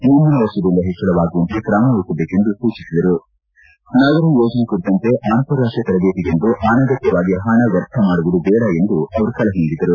ಮುಂದಿನ ವರ್ಷದಿಂದ ಹೆಚ್ಚಳವಾಗುವಂತೆ ಕ್ರಮವಹಿಸಬೇಕೆಂದು ಸೂಚಿಸಿದ ಸಚಿವರು ನಗರ ಯೋಜನೆ ಕುರಿತಂತೆ ಅಂತರಾಷ್ಷೀಯ ತರಬೇತಿಗೆಂದು ಅನಗತ್ತವಾಗಿ ಹಣ ವ್ಲರ್ಥ ಮಾಡುವುದು ಬೇಡ ಎಂದು ಸಲಹೆ ನೀಡಿದರು